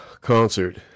concert